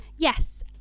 yes